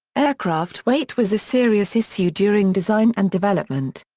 aircraft weight was a serious issue during design and development.